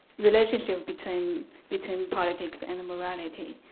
relationship between between politics and morality.